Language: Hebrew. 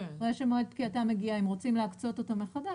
אחרי שמועד פקיעתם מגיע אם רוצים להקצות אותם מחדש,